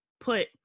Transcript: put